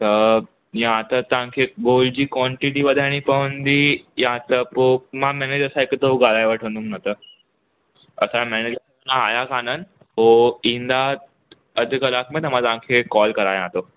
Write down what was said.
त या त तव्हांखे गोल्ड जी क्वांटिटी वधाइणी पवंदी या त पोइ मां मेनेजर सां हिकु दफ़ो ॻाल्हाइ वठंदुमि न त असांजो मेनेजर अञां आया कोन्हनि हो ईंदा अधि कलाकु में त मां तव्हांखे कॉल करायां थो